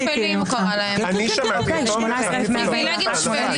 הצבעה לא אושרו.